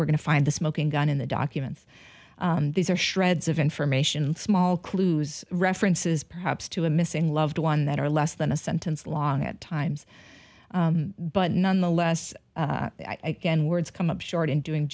we're going to find the smoking gun in the documents these are shreds of information small clues references perhaps to a missing loved one that are less than a sentence long at times but nonetheless again words come up short in doing